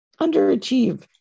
underachieve